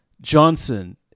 Johnson